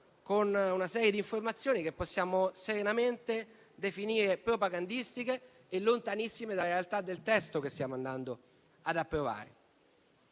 con una serie di informazioni che possiamo serenamente definire propagandistiche e lontanissime dalla realtà del testo che ci accingiamo ad approvare;